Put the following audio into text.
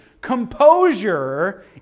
composure